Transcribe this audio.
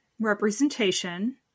representation